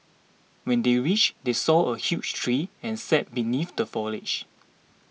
when they reached they saw a huge tree and sat beneath the foliage